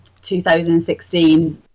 2016